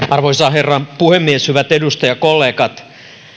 arvoisa herra puhemies hyvät edustajakollegat